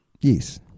Yes